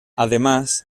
además